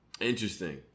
Interesting